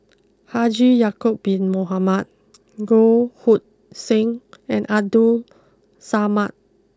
Haji Ya'acob Bin Mohamed Goh Hood Seng and Abdul Samad